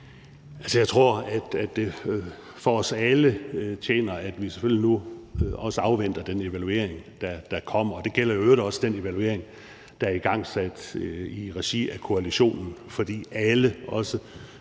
jeg tror, at det tjener os alle, at vi selvfølgelig nu også afventer den evaluering, der kommer. Det gælder i øvrigt også den evaluering, der er igangsat i regi af koalitionen, fordi alle, også